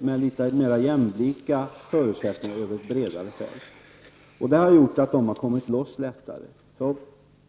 med litet mera jämlika förutsättningar över ett bredare fält. De har därför kommit loss lättare.